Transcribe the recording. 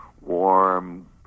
warm